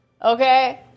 Okay